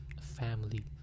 family